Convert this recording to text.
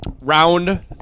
Round